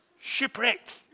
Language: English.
Shipwrecked